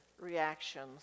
reactions